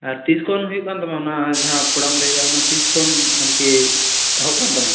ᱟᱨ ᱛᱤᱥ ᱠᱷᱚᱱ ᱦᱩᱭᱩᱜ ᱠᱟᱱ ᱛᱟᱢᱟ ᱟᱱᱟ ᱡᱟᱦᱟᱸ ᱯᱷᱚᱲᱟᱢ ᱞᱟ ᱭᱮᱫᱟ ᱟᱱᱟ ᱛᱤᱥ ᱠᱷᱚᱱ ᱟᱨᱠᱤ ᱮᱦᱚᱵ ᱠᱟᱱ ᱛᱟᱢᱟ